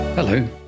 Hello